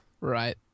Right